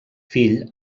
fill